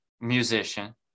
Musician